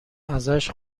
ازش